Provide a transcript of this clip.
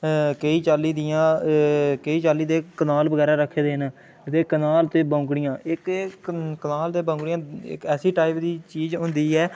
केईं चाल्ली दियां केईं चाल्ली दे कनाल बगैरा रक्खे दे न केईं कनाल ते बौंगड़ियां इक एह् क कनाल ते बौंगड़ियां इक ऐसी टाइप दी चीज होंदी ऐ